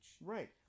Right